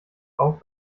auf